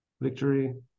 victory